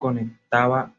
conectaba